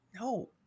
No